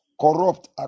corrupt